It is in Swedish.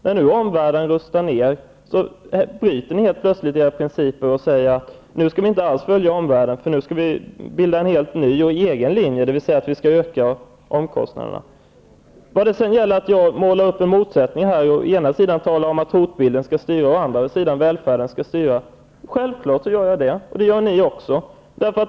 När nu omvärlden rustar ner, bryter ni helt plötsligt mot era principer och säger att vi inte alls skall följa omvärlden. Nu skall vi bilda en ny och helt egen linje, dvs. vi skall öka omkostnaderna. Henrik Landerholm menar att det finns en motsättning i det jag säger, att å ena sidan hotbilden skall styra och å andra sidan välfärden skall styra. Det är självklart att jag säger det. Det gör ni också.